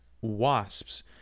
wasps